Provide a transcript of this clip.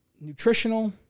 nutritional